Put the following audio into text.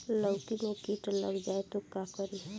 लौकी मे किट लग जाए तो का करी?